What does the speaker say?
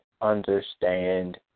understand